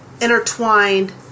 intertwined